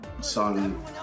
son